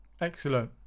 Excellent